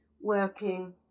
working